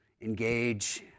engage